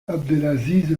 abdelaziz